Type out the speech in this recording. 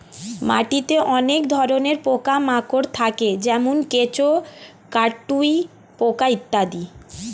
মাটিতে অনেক রকমের পোকা মাকড় থাকে যেমন কেঁচো, কাটুই পোকা ইত্যাদি